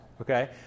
Okay